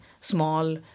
small